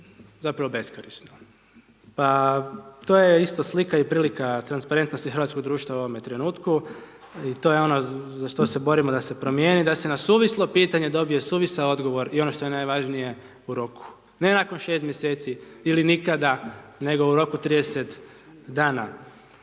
zapravo beskorisno. Pa to je isto slika i prilika transparentnosti hrvatskog društva u ovom trenutku i to je ono za što se borimo da se promijeni da se na suvislo pitanje dobije suvisao odgovor i ono što je najvažnije u roku, ne nakon 6 mjeseci ili nikada, nego u roku 30 dana.